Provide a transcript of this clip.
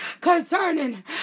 concerning